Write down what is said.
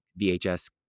VHS